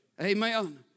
Amen